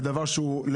זה דבר מוצדק,